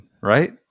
right